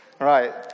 Right